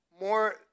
more